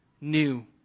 new